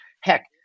heck